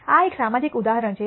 આ એક સામાજિક ઉદાહરણ છે